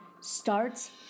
starts